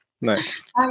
Nice